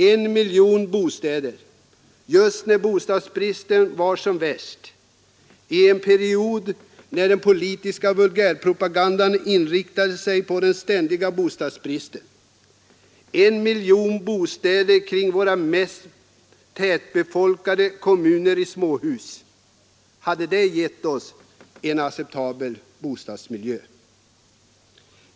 En miljon markbostäder just när bostadsbristen var som värst, i en period när den politiska vulgärpropagandan inriktade sig på den ”ständiga bostadsbristen”, en miljon bostäder i småhus kring våra mest tätbefolkade kommuner — hade det givit oss en acceptabel bostadsmiljö?